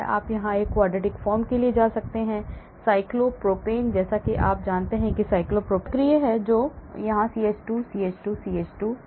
आप यहां तक कि quartic form के लिए जा सकते हैं साइक्लोप्रोपेन जैसे जैसा कि आप जानते हैं कि साइक्लोप्रोपेन इस अधिकार की तरह है यह चक्रीय है जो आपके पास यहां CH2 CH2 CH2 है